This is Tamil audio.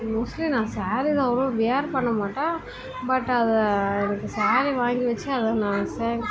மோஸ்ட்லி நான் ஸேரீஸ் அவ்வளவா வியர் பண்ணமாட்டேன் பட் அதை எனக்கு ஸேரீ வாங்கி வச்சு அதை நான் சேகரிச்